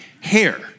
Hair